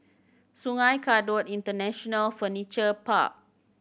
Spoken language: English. Sungei Kadut International Furniture Park